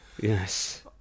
Yes